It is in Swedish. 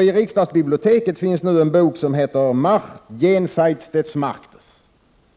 I riksdagsbiblioteket finns nu en bok som heter Macht jenseits des Marktes,